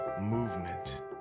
movement